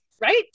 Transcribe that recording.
Right